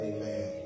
Amen